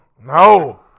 No